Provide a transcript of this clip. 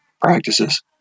practices